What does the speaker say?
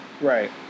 right